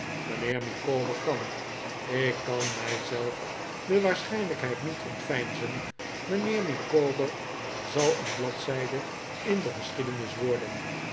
mijnheer micawber kan ik kan mij zelf de waarschijnlijkheid niet ontveinzen mijnheer micawber zal een bladzijde in de geschiedenis worden